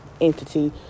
entity